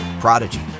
Prodigy